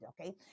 okay